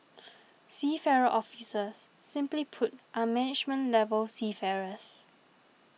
seafarer officers simply put are management level seafarers